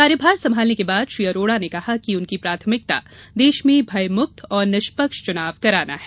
कार्यभार संभालने के बाद श्री अरोड़ा ने कहा कि उनकी प्राथमिकता देश में भयमुक्त और निष्पक्ष चुनाव कराना है